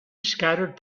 scattered